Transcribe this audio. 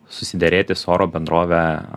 susiderėti su oro bendrove